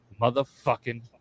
motherfucking